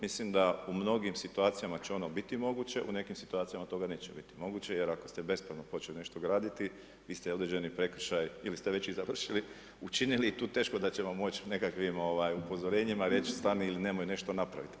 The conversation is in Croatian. Mislim da u mnogim situacijama će ono biti moguće, u nekim situacijama toga neće biti moguće, jer ako ste bespravno nešto počeli graditi, vi ste određeni prekršaj, ili ste već i završili, učinili i tu teško da ćemo moći nekakvih upozorenjima reći, stani ili nemoj nešto napraviti.